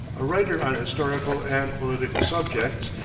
a writer on historical and political subjects,